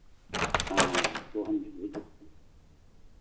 हाँ तो हम